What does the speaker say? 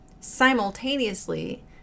simultaneously